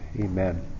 Amen